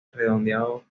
redondeado